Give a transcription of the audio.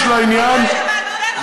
ייעול הדיון והזמן שאפשר להקדיש לעניין,